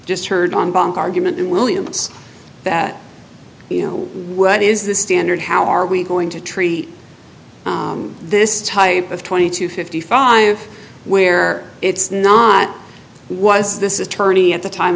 just heard on bank argument and williams that you know what is the standard how are we going to treat this type of twenty to fifty five where it's not was this is turning at the time